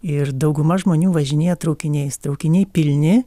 ir dauguma žmonių važinėja traukiniais traukiniai pilni